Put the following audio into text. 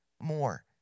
more